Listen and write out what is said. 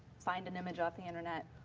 find an image off the internet,